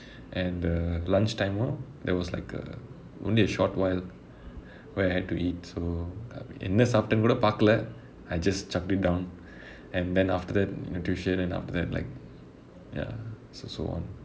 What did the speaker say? and uh lunch time மும்:mum there was like uh only a short while where I had to eat so என்ன சாப்டேன்கூட பார்க்களே:enna saaptaen kooda paarkalae I just chucked it down and then after that you know tuition and after that like ya so so on